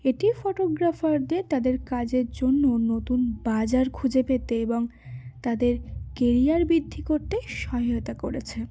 এটি ফটোগ্রাফারদের তাদের কাজের জন্য নতুন বাজার খুঁজে পেতে এবং তাদের কেরিয়ার বৃদ্ধি করতে সহায়তা করেছে